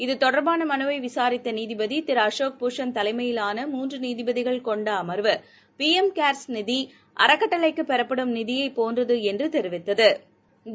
இது தொடர்பானமனுவைவிசாரித்தநீதிபதிதிருஅசோக்பூஷன் தலைமையிவாள மூன்று நீதிபதிகள் கொண்டஅமா்வு பிளம் கா்ஸ் நிதி அறக்கட்டளைக்குபெறப்படும் நிதியைப் போன்றதுஎன்றுதெரிவித்தனா்